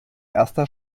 erster